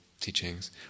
teachings